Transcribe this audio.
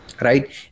Right